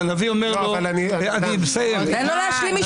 הנביא אומר לו -- אבל אני -- תן לו להשלים משפט.